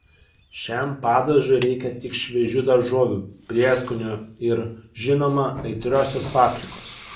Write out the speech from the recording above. šiam padažui reikia tik šviežių daržovių prieskonių ir žinoma aitriosios paprikos